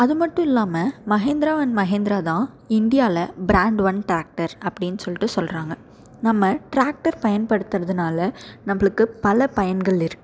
அதுமட்டுல்லாமல் Mahindra and Mahindra தான் இந்தியாவில் brand one tractor அப்படின்னு சொல்லிட்டு சொல்கிறாங்க நம்ம டிராக்டர் பயன்படுத்துறதுனால் நம்மளுக்கு பல பயன்கள் இருக்குது